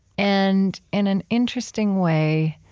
and in an interesting way,